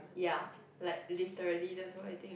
ya like literally that's what I think